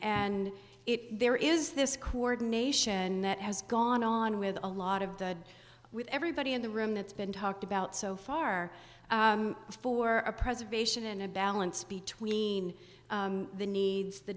and it there is this coordination that has gone on with a lot of the with everybody in the room that's been talked about so far for a preservation and a balance between the needs the